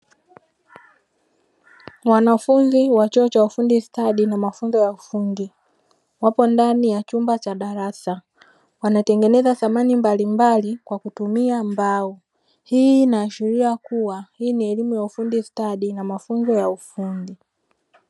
Wanafunzi wa chuo cha ufundi stadi na mafunzo ya ufundi wako ndani ya chumba cha darasa wanatengeneza samani mbalimbali kwa kutumia mbao. Hii inaashiria kua hii ni elimu ya ufundi stadi na mafunzo ya ufundi.